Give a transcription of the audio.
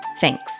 Thanks